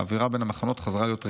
האווירה בין המחנות חזרה להיות רעילה.